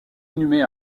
inhumé